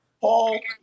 Paul